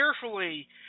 carefully